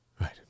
Right